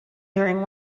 during